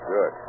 Good